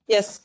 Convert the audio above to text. Yes